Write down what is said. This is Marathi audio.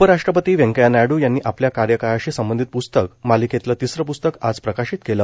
उपराष्ट्रपती व्यंकय्या नायडू यांनी आपल्या कार्यकाळाशी संबंधित प्स्तक मालिकेतलं तिसरं पुस्तक आज प्रकाशित केलं